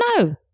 No